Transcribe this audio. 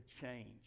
change